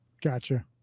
gotcha